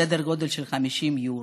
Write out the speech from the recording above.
סדר גודל של 50 יורו.